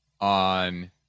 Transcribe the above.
on